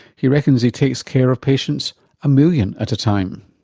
he reckons he takes care of patients a million at a time.